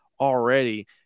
already